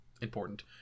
important